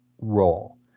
role